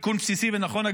תיקון בסיסי ונכון,